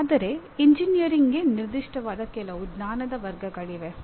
ಆದರೆ ಎಂಜಿನಿಯರಿಂಗ್ಗೆ ನಿರ್ದಿಷ್ಟವಾದ ಕೆಲವು ಜ್ಞಾನದ ವರ್ಗಗಳಿವೆ